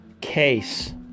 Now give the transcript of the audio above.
case